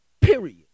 Period